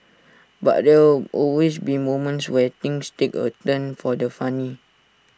but there will always be moments where things take A turn for the funny